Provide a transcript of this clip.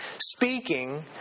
speaking